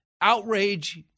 outrage